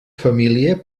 família